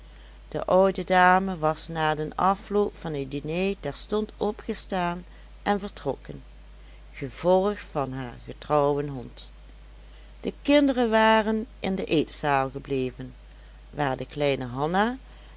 de oude dame was na den afloop van het diné terstond opgestaan en vertrokken gevolgd van haar getrouwen hond de kinderen waren in de eetzaal gebleven waar de kleine hanna